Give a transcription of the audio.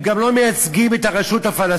הם גם לא מייצגים את הרשות הפלסטינית,